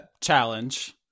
challenge